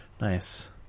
Nice